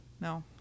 No